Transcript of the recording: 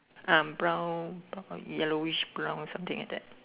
um brown brown yellowish brown something like that